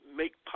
make